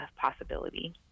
possibility